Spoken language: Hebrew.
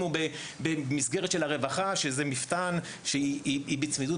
אם הוא במסגרת של הרווחה שזה מפתן שהיא בצמידות